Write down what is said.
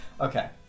Okay